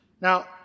Now